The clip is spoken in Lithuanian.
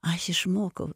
aš išmokau